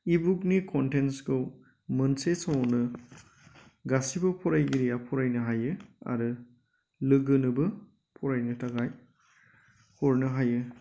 इबुकनि कनटेन्टसखौ मोनसे समावनो गासिबो फरायगिरिया फरायनो हायो आरो लोगोनोबो फरायनो थाखाय हरनो हायो